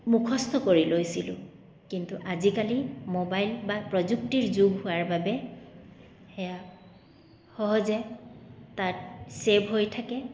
মুখস্থ কৰি লৈছিলোঁ কিন্তু আজিকালি মোবাইল বা প্ৰযুক্তিৰ যুগ হোৱাৰ বাবে সেয়া সহজে তাত চেভ হৈ থাকে